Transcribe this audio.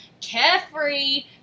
carefree